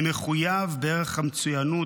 אני מחויב בערך המצוינות,